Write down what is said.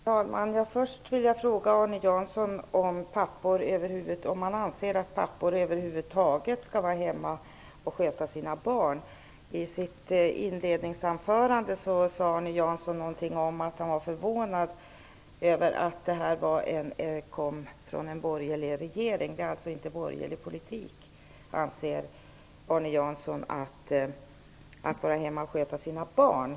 Herr talman! Först vill jag fråga om Arne Jansson anser att pappor över huvud taget skall vara hemma och sköta sina barn. Arne Jansson sade i sitt inledningsanförande att han var förvånad över att förslaget kom från en borgerlig regering. Arne Jansson anser att det inte är borgerlig politik att vara hemma och sköta sina barn.